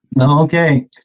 Okay